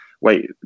wait